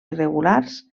irregulars